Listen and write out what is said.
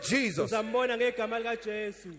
Jesus